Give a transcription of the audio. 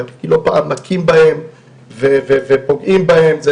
כי לא פעם מכים בהם ופוגעים בהם זה